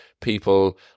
people